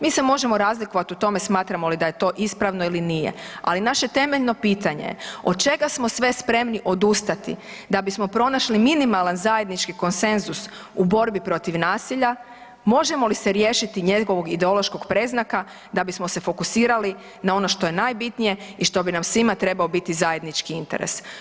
Mi smo možemo razlikovati u tome smatramo li da je to ispravno ili nije, ali naše temeljno pitanje je od čega smo sve spremni odustati da bismo pronašli minimalan zajednički konsenzus u borbi protiv nasilja, možemo li se riješiti njegovog ideološkog predznaka da bismo se fokusirali na ono što je najbitnije i što bi nam svima trebao biti zajednički interes.